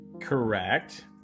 Correct